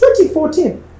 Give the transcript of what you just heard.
2014